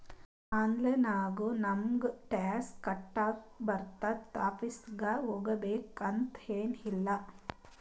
online ನಾಗು income tax ಕಟ್ಲಾಕ್ ಬರ್ತುದ್ ಆಫೀಸ್ಗ ಹೋಗ್ಬೇಕ್ ಅಂತ್ ಎನ್ ಇಲ್ಲ